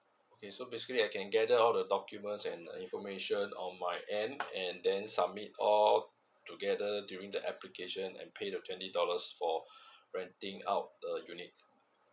okay so basically I can gather all the documents and information on my end and then submit all together during the application and pay them twenty dollars for renting out a unit